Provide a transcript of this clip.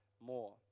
more